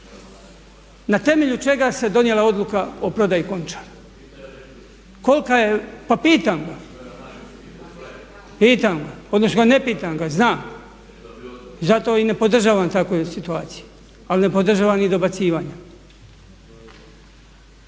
na temelju čega se donijela odluka o prodaji Končara? …/Upadica se ne čuje./… Pa pitam ga, pitam ga, odnosno ne pitam ga znam zato i ne podržavam takvu situaciju, ali ne podržavam ni dobacivanja.